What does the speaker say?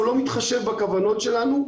לא מתחשב בכוונות שלנו,